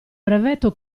brevetto